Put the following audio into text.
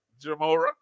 Jamora